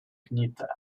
knitter